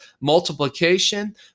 multiplication